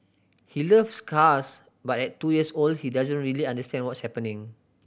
he loves cars but at two years old he doesn't really understand what's happening